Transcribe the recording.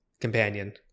Companion